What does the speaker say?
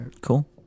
Cool